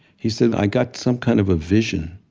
he said, i got some kind of a vision.